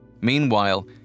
Meanwhile